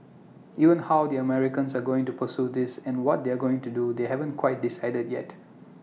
even how the Americans are going to pursue this and what they are going to do they haven't quite decided yet